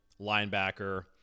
linebacker